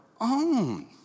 own